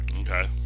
okay